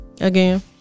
again